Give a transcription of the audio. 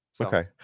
okay